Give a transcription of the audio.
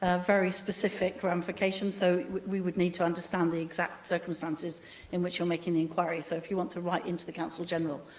ah very specific ramifications, so we would need to understand the exact circumstances in which you're making the inquiry. so, if you want to write in to the counsel general,